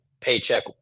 paycheck